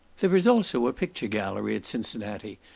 there is also a picture gallery at cincinnati,